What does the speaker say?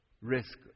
risk